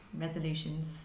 resolutions